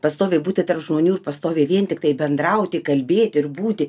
pastoviai būti tarp žmonių ir pastoviai vien tiktai bendrauti kalbėti ir būti